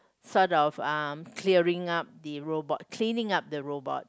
sort of uh clearing up the robot cleaning up the robot